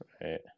Right